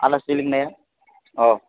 आलासि लिंनाया अ